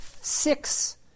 six